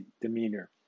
demeanor